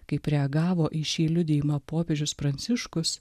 kaip reagavo į šį liudijimą popiežius pranciškus